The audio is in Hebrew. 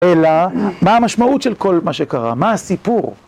אלא מה המשמעות של כל מה שקרה, מה הסיפור?